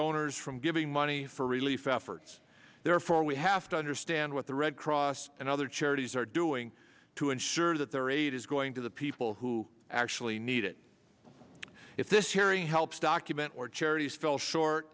donors from giving money for relief efforts therefore we have to understand what the red cross and other charities are doing to ensure that their aid is going to the people who actually need it if this hearing helps document or charities fell short